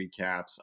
recaps